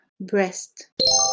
breast